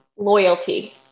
Loyalty